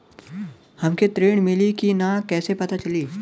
हमके ऋण मिली कि ना कैसे पता चली?